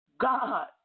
God